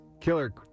Killer